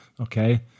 Okay